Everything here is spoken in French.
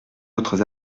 autres